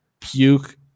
puke